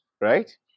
right